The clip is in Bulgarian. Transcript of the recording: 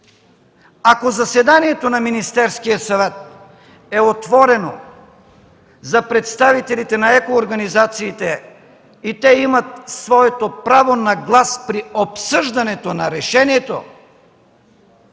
ако заседанието на Министерския съвет е отворено за представителите на екоорганизациите и те имат своето право на глас при обсъждането на решението